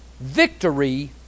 victory